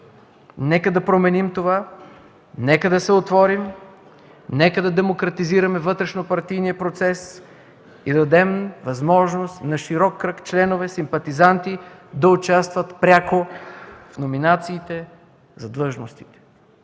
Нека да променим това, нека да се отворим, нека да демократизираме вътрешнопартийния процес и да дадем възможност на широк кръг членове и симпатизанти да участват пряко в номинациите за длъжностите: